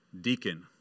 deacon